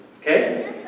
Okay